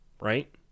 right